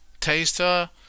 Taster